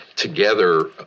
Together